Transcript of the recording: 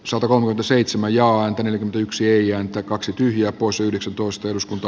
sokolov seitsemän jaatinen yksi ei ääntä kaksi tyhjää poissa yhdeksäs toista eduskunta